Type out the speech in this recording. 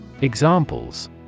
Examples